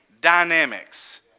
dynamics